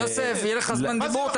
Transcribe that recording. יוסף, יהיה לך זמן דיבור.